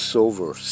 Silver